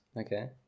Okay